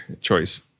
choice